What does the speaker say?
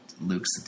Luke's